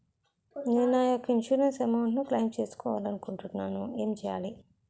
నేను నా యెక్క ఇన్సురెన్స్ అమౌంట్ ను క్లైమ్ చేయాలనుకుంటున్నా ఎలా చేయాలి?